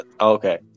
Okay